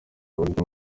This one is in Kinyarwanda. abarizwa